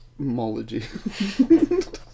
Mology